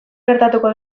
gertatuko